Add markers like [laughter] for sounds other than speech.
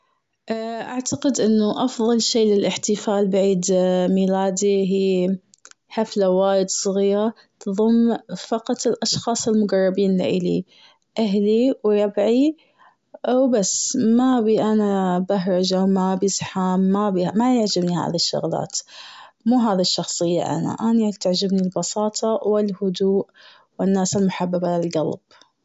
[hesitation] اعتقد إنه أفضل شي للإحتفال بعيد [hesitation] ميلادي هي حفلة وايد صغيرة تضم فقط الأشخاص المقربين لإلي، أهلي و ربعي و بس. ما ابي أنا بهرجة و ما بي زحام ما بي ما- ما يعجبني هاي الشغلات الشخصية أنا. تعجبني البساطة والهدوء، و الناس المحببة للقلب.